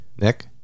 Nick